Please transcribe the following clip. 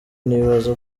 nibaza